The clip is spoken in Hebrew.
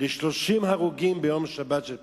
ל-30 הרוגים ביום שבת של פסח.